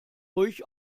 ruhig